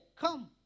come